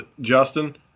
Justin